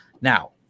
Now